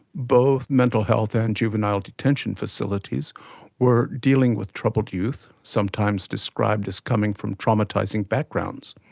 both mental health and and juvenile detention facilities were dealing with troubled youth, sometimes described as coming from traumatising backgrounds.